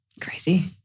Crazy